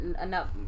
enough